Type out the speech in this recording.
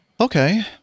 Okay